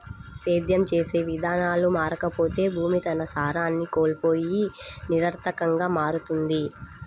సేద్యం చేసే విధానాలు మారకపోతే భూమి తన సారాన్ని కోల్పోయి నిరర్థకంగా మారుతుంది